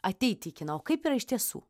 ateitį į kiną o kaip yra iš tiesų